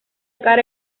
tocar